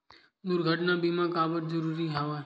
दुर्घटना बीमा काबर जरूरी हवय?